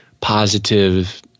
positive